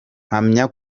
mpamya